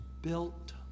built